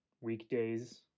weekdays